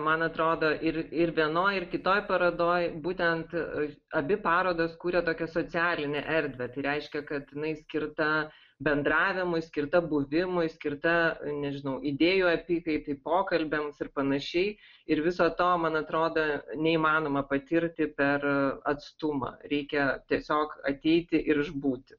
man atrodo ir ir vienoj ir kitoj parodoj būtent ir abi parodos kuria tokią socialinę erdvę reiškia kad jinai skirta bendravimui skirta buvimui skirta nežinau idėjų apykaitai pokalbiams ir panašiai ir viso to man atrodo neįmanoma patirti per atstumą reikia tiesiog ateiti ir išbūti